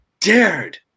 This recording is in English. dared